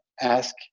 ask